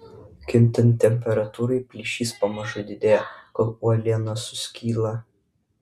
kintant temperatūrai plyšys pamažu didėja kol uoliena suskyla